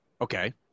Okay